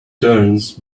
turns